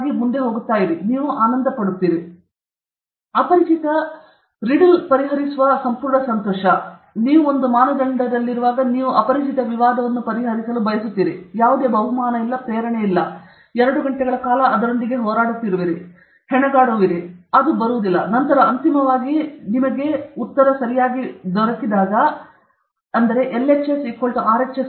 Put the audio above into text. ನೀವು ಏನು ಆನಂದಿಸುತ್ತೀರಿ ಅಪರಿಚಿತ ರಿಡಲ್ ಪರಿಹರಿಸುವ ಸಂಪೂರ್ಣ ಸಂತೋಷ ನೀವು ಒಂಬತ್ತನೆಯ ಮಾನದಂಡದಲ್ಲಿರುವಾಗ ನೀವು ಅಪರಿಚಿತ ವಿವಾದವನ್ನು ಪರಿಹರಿಸಲು ಬಯಸುತ್ತೀರಿ ಯಾವುದೇ ಬಹುಮಾನ ಇಲ್ಲ ಪ್ರೇರಣೆ ಇಲ್ಲ ಮತ್ತು ನೀವು ಎರಡು ಗಂಟೆಗಳ ಕಾಲ ಅದರೊಂದಿಗೆ ಹೋರಾಡುತ್ತಿರುವಿರಿ ನೀವು ಅದರೊಂದಿಗೆ ಹೆಣಗಾಡುತ್ತಿರುವಿರಿ ಅದು ಬರುವುದಿಲ್ಲ ನಂತರ ಅಂತಿಮವಾಗಿ ನೀವು ಅದನ್ನು ಪಡೆದಾಗ ಅಂತಿಮವಾಗಿ ನೀವು ಅದನ್ನು ಸರಿಯಾಗಿ ಪಡೆದಾಗ ನಂತರ ನೀವು ಹೇಳುವುದಾದರೆ ಇದು ಥೀಟಾ ಎಂದು 2 ರಿಂದ ಥೀಟಾ ಪಾಪ ಥೀಟಾ ಕಾಸ್ ಥೀಟಾ ಎರಡು ಪಾಪ ಥೀಟಾ ಕಾಸ್ ಥೀಟಾ ಸೆಕ್ಯಾಂಟ್ ಥೀಟಾವು ಪಾತ್ ಥೀಟಾ ವಿಭಜನೆಯಿಂದ ಪಾತ್ ಥೀಟಾ ವಿಭಜನೆಯಿಂದ ಭಾಗಿಸಿ